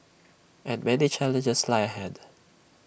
and many challenges lie ahead